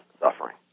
suffering